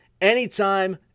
anytime